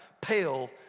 pale